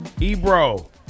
Ebro